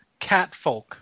catfolk